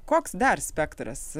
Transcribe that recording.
koks dar spektras